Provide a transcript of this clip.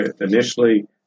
Initially